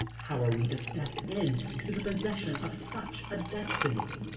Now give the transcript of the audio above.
how are we to step in to the possession of such a destiny?